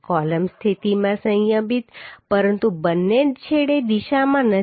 column સ્થિતિમાં સંયમિત છે પરંતુ બંને છેડે દિશામાં નથી